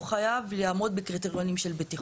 הוא חייב לעמוד בקריטריונים של בטיחות.